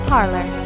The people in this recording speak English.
Parlor